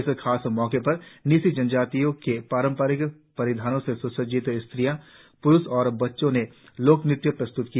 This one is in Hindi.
इस खास मौके पर न्यीशी जनजाति के पारंपारिक परिधानों से स्सज्जित्र स्त्री प्रुष और बच्चों ने लोकऩत्य प्रस्त्त किया